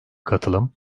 katılım